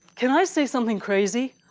can i say something crazy?